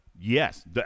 Yes